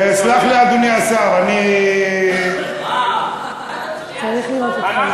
סלח לי, אדוני השר, אני צריך לראות אותך.